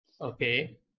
Okay